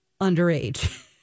underage